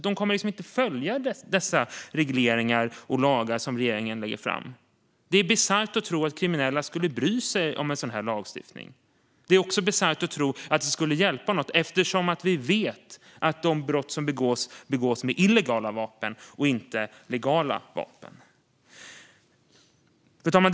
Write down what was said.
De kommer inte att följa dessa regleringar och lagar som regeringen lägger fram. Det är bisarrt att tro att kriminella skulle bry sig om sådan här lagstiftning. Det är också bisarrt att tro att den skulle hjälpa eftersom vi vet att de brott som begås begås med illegala vapen och inte med legala vapen. Fru talman!